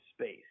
space